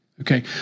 Okay